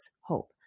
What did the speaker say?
HOPE